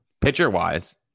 pitcher-wise